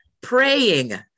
praying